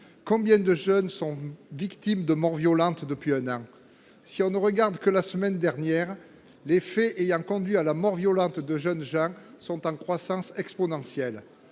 Combien de jeunes sont victimes de mort violente depuis un an ? Si l’on ne regarde que la semaine dernière, les faits ayant conduit à la mort violente de jeunes gens sont en croissance exponentielle.